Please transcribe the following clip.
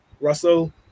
Russell